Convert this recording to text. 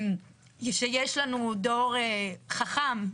דור חכם,